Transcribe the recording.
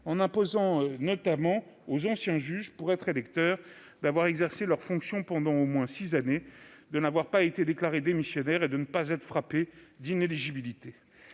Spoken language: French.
en imposant notamment aux anciens juges, pour être électeurs, d'avoir exercé leurs fonctions pendant au moins six années, de n'avoir pas été déclarés démissionnaires et de ne pas être frappés d'inéligibilité.